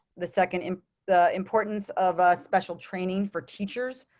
the second and the importance of special training for teachers,